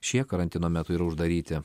šie karantino metu yra uždaryti